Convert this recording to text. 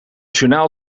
journaal